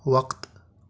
وقت